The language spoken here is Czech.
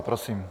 Prosím.